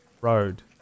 road